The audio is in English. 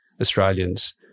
Australians